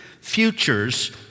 futures